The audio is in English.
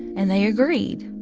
and they agreed.